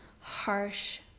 harsh